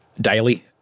daily